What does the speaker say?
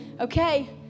okay